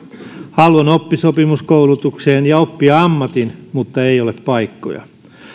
haluan oppisopimuskoulutukseen ja oppia ammatin mutta ei ole paikkoja